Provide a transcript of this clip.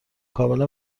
کاملا